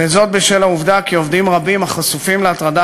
וזאת בשל העובדה כי עובדים רבים החשופים להטרדה